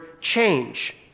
change